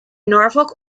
norfolk